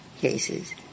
cases